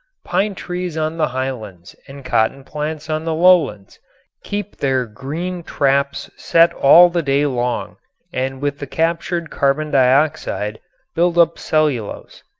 pine trees on the highlands and cotton plants on the lowlands keep their green traps set all the day long and with the captured carbon dioxide build up cellulose.